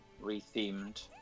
re-themed